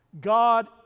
god